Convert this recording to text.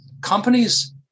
companies